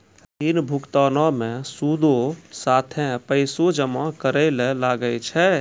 ऋण भुगतानो मे सूदो साथे पैसो जमा करै ल लागै छै